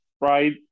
right